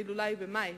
ההילולה במאי,